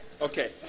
Okay